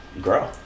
grow